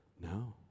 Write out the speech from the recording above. no